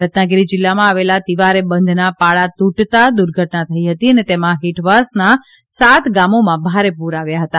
રત્નાગીરી જિલ્લામાં આવેલા તિવારે બંધના પાળા તુટતાં દુર્ધટના થઈ હતી અને તેમાં હેઠવાસના સાત ગામોમાં ભારે પુર આવ્યા હતા